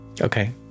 Okay